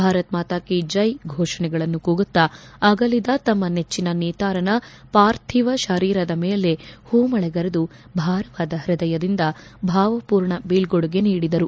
ಭಾರತ್ ಮಾತಾಕಿ ಜೈ ಫೋಷಣೆಗಳನ್ನು ಕೂಗುತ್ತಾ ಅಗಲಿದ ತಮ್ನ ನೆಟ್ಟನ ನೇತಾರನ ಪಾರ್ಥಿವ ಶರೀರದ ಮೇಲೆ ಹೂಮಳೆಗರೆದು ಭಾರವಾದ ಪ್ರದಯದಿಂದ ಭಾವರ್ಹೂರ್ಣ ಬೀಳ್ಕೊಡುಗೆ ನೀಡಿದರು